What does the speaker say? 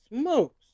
smokes